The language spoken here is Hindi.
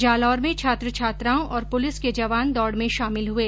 जालौर में छात्र छात्रओं और पुलिस के जवान दौड में शामिल हुए